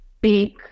big